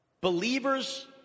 Believers